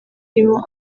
irimo